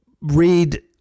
read